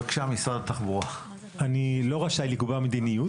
אני לא רשאי לקבוע מדיניות.